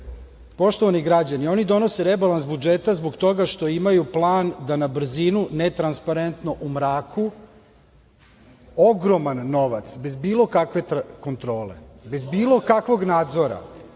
objasnim. Poštovani građani, oni donose rebalans budžeta zbog toga što imaju plan da na brzinu ne transparentno u mraku ogroman novac bez bilo kakve kontrole, bez bilo kakvog nadzora